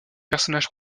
personnage